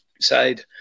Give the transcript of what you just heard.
side